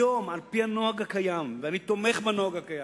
היום, על-פי הנוהג הקיים, ואני תומך בנוהג הקיים,